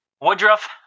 Woodruff